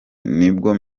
nibwo